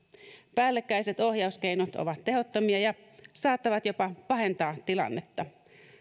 päällekkäiset ohjauskeinot ovat tehottomia ja saattavat jopa pahentaa tilannetta